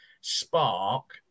spark